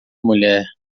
mulher